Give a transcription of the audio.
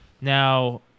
Now